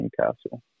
Newcastle